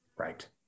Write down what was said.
Right